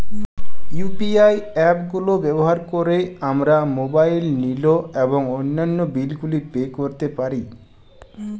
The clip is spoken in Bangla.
ইউ.পি.আই অ্যাপ গুলো ব্যবহার করে আমরা মোবাইল নিল এবং অন্যান্য বিল গুলি পে করতে পারি